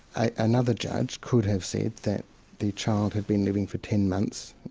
ah another judge could have said that the child had been living for ten months,